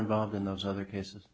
involved in those other cases